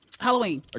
Halloween